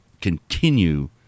continue